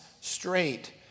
straight